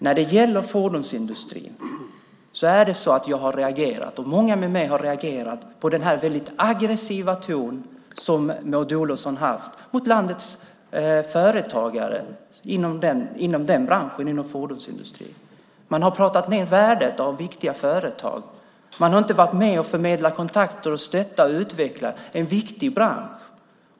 När det gäller fordonsindustrin har jag, och många med mig, reagerat på den väldigt aggressiva ton som Maud Olofsson haft mot landets företagare inom den branschen, inom fordonsindustrin. Man har pratat ned värdet av viktiga företag. Man har inte varit med och förmedlat kontakter och stöttat och utvecklat en viktig bransch.